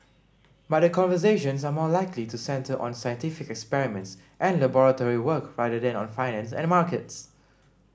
but the conversations are more likely to centre on scientific experiments and laboratory work rather than on finance and markets